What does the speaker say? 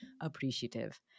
appreciative